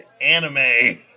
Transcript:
anime